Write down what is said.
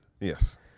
Yes